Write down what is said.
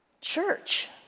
Church